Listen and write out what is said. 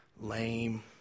lame